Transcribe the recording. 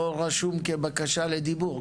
לא רשום כבקשה לדיבור,